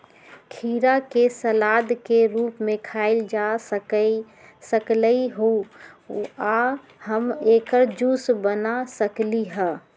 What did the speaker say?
खीरा के सलाद के रूप में खायल जा सकलई ह आ हम एकर जूस बना सकली ह